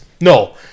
No